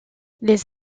les